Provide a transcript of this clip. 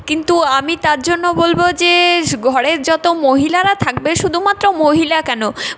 কিন্তু আমি তার জন্য বলবো যে ঘরের যত মহিলারা থাকবে শুধুমাত্র মহিলা কেন